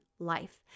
Life